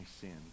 sin